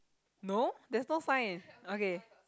no there's no sign okay